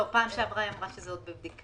לא, בפעם שעברה היא אמרה שזה עוד בבדיקה.